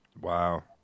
Wow